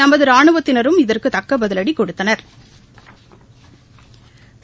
நமது ராணுவத்தினரும் இதற்கு தக்க பதிலடி கொடுத்தனா்